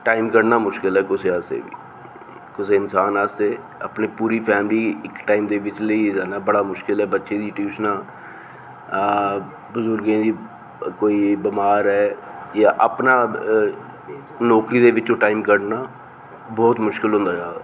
time कड्ढना मुश्कल ऐ कुसै आस्तै बी कुसै इंसान आस्तै अपनी पूरी फैमली गी इक टाइम दे बिच्च लेइयै जाना बड़ा मुश्कल ऐ बच्चे दियां टूशयनां ते बजुर्गे च कोई बमार ऐ जां अपना नौकरी दे बिच्चो टाइम कड्ढना बहुत मुश्कल होंदा जा'रदा